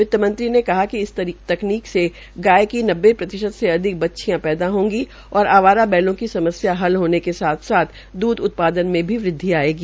वितमंत्री ने कहा कि इस तकनीक से गाय की नब्बे प्रतिशत से अधिक बच्छियां पैदा होगी और आवारा बैलों की समस्या होने के साथ साथ दूध का उत्पादन में भी वृद्वि होगी